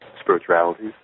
spiritualities